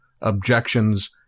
objections